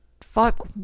fuck-